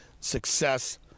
success